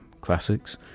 classics